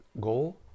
goal